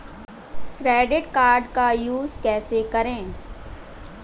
Credit card का use कैसे करें?